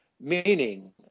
meaning